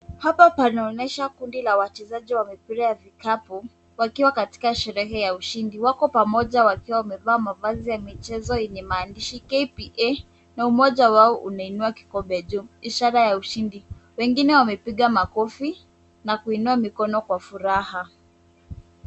Hapa panaonyesha kundi la wachezaji wa mpira ya vikapu wakiwa katika sherehe ya ushindi ,wako pamoja wakiwa wamevaa mavazi ya michezo yenye maandishi KPA ,na umoja wao unainua kikombe juu ishara ya ushindi , wengine wamepiga makofi kuonyesha na kuinua mikono kwa furaha .